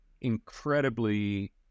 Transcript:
incredibly